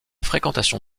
fréquentation